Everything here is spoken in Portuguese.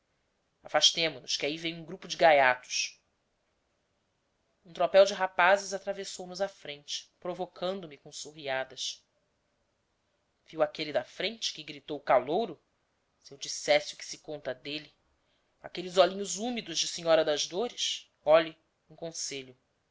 afastemo nos que aí vem um grupo de gaiatos um tropel de rapazes atravessou nos a frente provocando me com surriadas viu aquele da frente que gritou calouro se eu dissesse o que se conta dele aqueles olhinhos úmidos de senhora das dores olhe um conselho